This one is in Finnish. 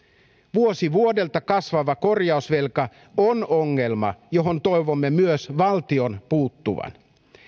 vuosi vuodelta kasvava korjausvelka on ongelma johon toivomme myös valtion puuttuvan